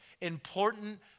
important